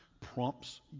prompts